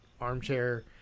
armchair